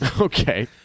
Okay